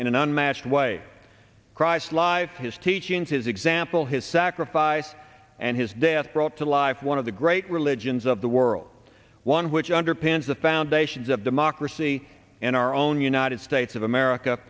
in an unmatched way christ lives his teachings his example his sacrifice and his death brought to life one of the great religions of the world one which underpins the foundations of democracy in our own united states of america